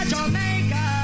Jamaica